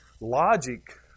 logic